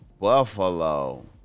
Buffalo